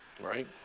right